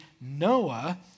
Noah